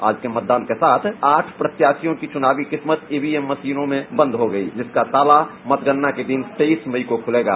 आज के मतदान के साथ आठ प्रत्याशियों की चुनावी किस्मत ईवीएम मशीनों में बंद हो गयी जिसका ताला मतगणना के दिन तेईस मई को खुलेगा